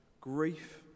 grief